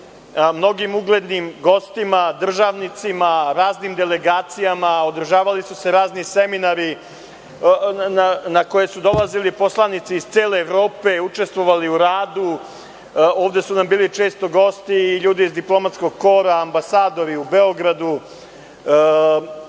mnogim uglednim gostima, državnicima, raznim delegacijama, održavali su se razni seminari na koje su dolazili poslanici iz cele Evrope, učestvovali u radu. Ovde su nam bili često gosti i ljudi iz diplomatskog kora ambasadori u Beogradu. Znači,